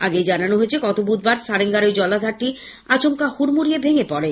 আগেই জানানো হয়েছে গত বুধবার সারেঙ্গার ঐ জলাধারটি আচমকা হুড়মুড়িয়ে ভেঙে পড়ে